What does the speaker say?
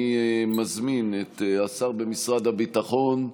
אני מזמין את השר במשרד הביטחון,